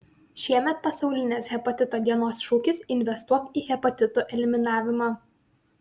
šiemet pasaulinės hepatito dienos šūkis investuok į hepatitų eliminavimą